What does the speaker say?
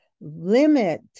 limit